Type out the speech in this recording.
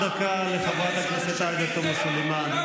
אני מוסיף עוד דקה לחברת הכנסת עאידה תומא סלימאן.